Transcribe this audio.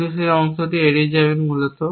কিন্তু সেই অংশটি এড়িয়ে যাবেন মূলত